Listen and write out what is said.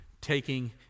taking